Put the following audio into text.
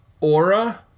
aura